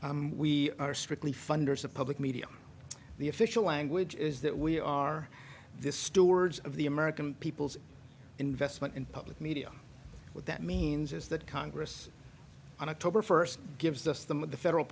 we are strictly funders of public media the official language is that we are this stewards of the american people's investment in public media what that means is that congress on october first gives us them with the federal